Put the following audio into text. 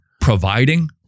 providing